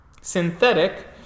Synthetic